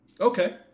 Okay